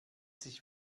sich